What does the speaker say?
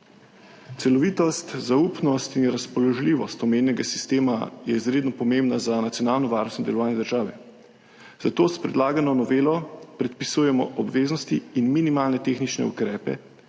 Celovitost, zaupnost in razpoložljivost omenjenega sistema so izredno pomembni za nacionalno varnost in delovanje države, zato s predlagano novelo predpisujemo obveznosti in minimalne tehnične ukrepe